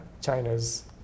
China's